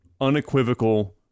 unequivocal